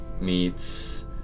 meets